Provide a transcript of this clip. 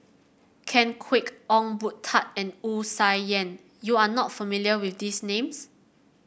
Ken Kwek Ong Boon Tat and Wu Tsai Yen you are not familiar with these names